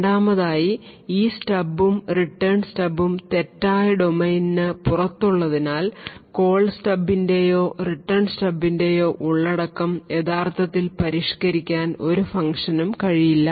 രണ്ടാമതായി ഈ സ്റ്റബും റിട്ടേൺ സ്റ്റബും തെറ്റായ ഡൊമെയ്നിന് പുറത്തുള്ളതിനാൽ കോൾ സ്റ്റബിന്റെയോ റിട്ടേൺ സ്റ്റബിന്റെയോ ഉള്ളടക്കം യഥാർത്ഥത്തിൽ പരിഷ്കരിക്കാൻ ഒരു ഫങ്ക്ഷനും കഴിയില്ല